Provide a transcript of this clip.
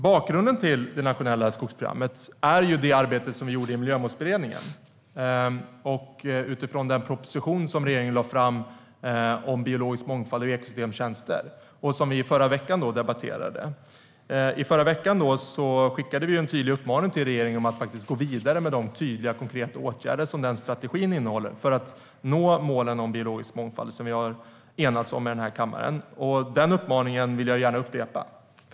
Bakgrunden till det nationella skogsprogrammet är det arbete som vi gjorde i Miljömålsberedningen och den proposition som regeringen lade fram om biologisk mångfald och ekosystemtjänster, som vi debatterade i förra veckan. I förra veckan skickade vi en tydlig uppmaning till regeringen om att faktiskt gå vidare med de konkreta åtgärder som den strategin innehåller för att nå målen om biologisk mångfald som vi har enats om i den här kammaren. Den uppmaningen vill jag gärna upprepa.